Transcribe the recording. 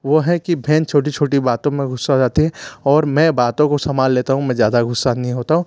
वो है कि भहन छोटी छोटी बातों में ग़ुस्सा हो जाती है और मैं बातों को सम्भाल लेता हूँ मैं ज़्यादा ग़ुस्सा नहीं होता हूँ